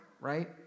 right